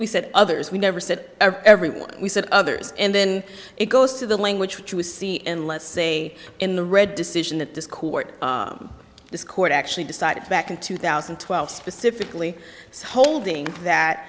we said others we never said everyone we said others and then it goes to the language which was c and let's say in the red decision that this court this court actually decided back in two thousand and twelve specifically holding that